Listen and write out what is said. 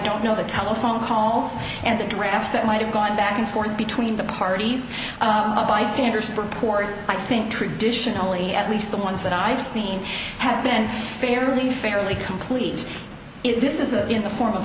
don't know the telephone calls and the drafts that might have gone back and forth between the parties bystanders purport i think traditionally at least the ones that i've seen have been fairly fairly complete is this is that in the form of